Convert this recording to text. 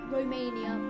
Romania